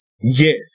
Yes